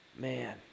Man